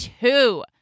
two